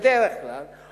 בדרך כלל,